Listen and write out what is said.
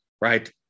right